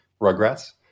rugrats